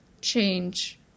change